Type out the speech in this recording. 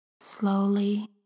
Slowly